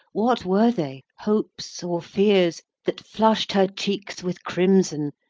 what were they hopes, or fears? that flush'd her cheeks with crimson,